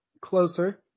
closer